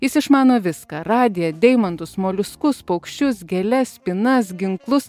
jis išmano viską radiją deimantus moliuskus paukščius gėles spynas ginklus